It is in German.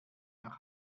nach